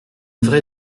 vraie